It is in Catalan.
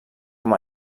com